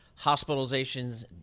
hospitalizations